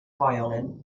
violin